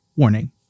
Warning